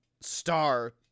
star